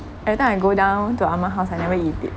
every time I go down to ah mah house I never eat it